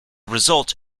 result